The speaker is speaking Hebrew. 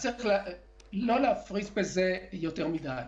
ולכן צריך לא להפריז בזה יותר מדי.